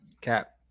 cap